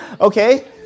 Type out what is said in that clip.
Okay